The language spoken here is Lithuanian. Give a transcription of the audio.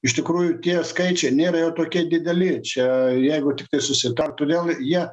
iš tikrųjų tie skaičiai nėra jau tokie dideli čia jeigu tiktai susitartų vėl jie